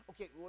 Okay